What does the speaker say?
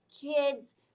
kids